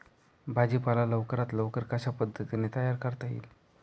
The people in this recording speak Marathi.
भाजी पाला लवकरात लवकर कशा पद्धतीने तयार करता येईल?